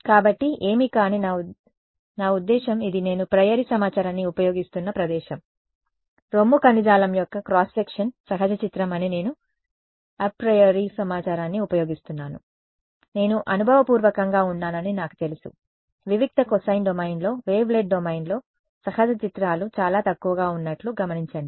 కాబట్టి ఏమి కానీ నా ఉద్దేశ్యం ఇది నేను ప్రియోరి సమాచారాన్ని ఉపయోగిస్తున్న ప్రదేశం రొమ్ము కణజాలం యొక్క క్రాస్ సెక్షన్ సహజ చిత్రం అని నేను అప్రియోరి సమాచారాన్ని ఉపయోగిస్తున్నాను నేను అనుభవపూర్వకంగా ఉన్నానని నాకు తెలుసు వివిక్త కొసైన్ డొమైన్లో వేవ్లెట్ డొమైన్లో సహజ చిత్రాలు చాలా తక్కువగా ఉన్నట్లు గమనించబడింది